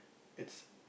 it's